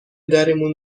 درمون